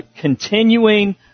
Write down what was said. continuing